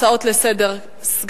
הצעות לסדר-היום מס' 4742,